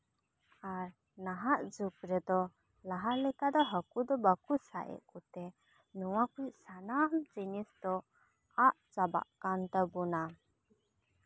ᱟᱨ ᱱᱟᱦᱟᱜ ᱡᱩᱜᱽ ᱨᱮᱫᱚ ᱞᱟᱦᱟ ᱞᱮᱠᱟ ᱫᱚ ᱦᱟᱠᱩ ᱫᱚ ᱵᱟᱠᱚ ᱥᱟᱵᱽ ᱮᱫ ᱠᱚᱛᱮ ᱱᱚᱣᱟ ᱠᱚ ᱥᱟᱱᱟᱢ ᱡᱤᱱᱤᱥ ᱫᱚ ᱟᱫ ᱪᱟᱵᱟᱜ ᱠᱟᱱ ᱛᱟᱵᱳᱱᱟ